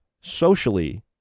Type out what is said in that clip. socially